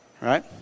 Right